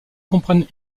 comprennent